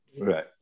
Right